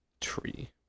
Tree